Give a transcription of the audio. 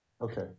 okay